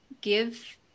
give